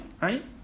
Right